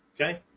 Okay